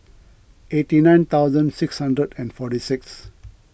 eighty nine thousand six hundred and forty six